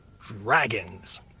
Dragons